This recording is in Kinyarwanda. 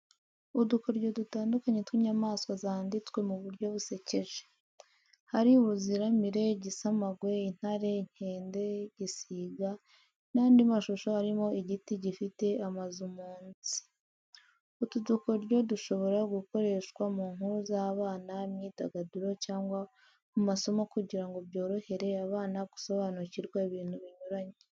Udukoryo dutandukanye tw’inyamaswa zanditswe mu buryo busekeje. Hari uruziramire, igisamagwe, intare, inkende, igisiga, n’andi mashusho arimo igiti gifite amazu munsi. Utu dukoryo dushobora gukoreshwa mu nkuru z’abana, imyidagaduro cyangwa mu masomo kugira ngo byorohere abana gusobanukirwa ibintu binyuranye.